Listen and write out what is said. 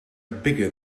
bigger